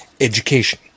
education